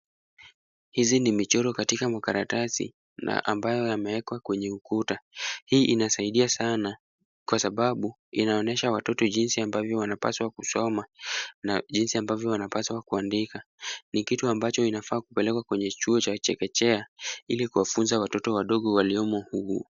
Hizi ni michoro katika makaratasi na ambayo yameekwa kwenye ukuta. Hii inasaidia sana kwa sababu, inaonyesha watoto jinsi ambavyo wanapaswa kusoma na jinsi ambavyo wanapaswa kuandika. Ni kitu ambacho inafaa kupelekwa kwa chuo cha chekechea ili kuwafunza watoto wadogo waliomo humo.